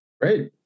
Great